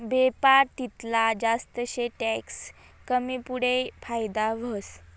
बेपार तितला जास्त शे टैक्स कमीमुडे फायदा व्हस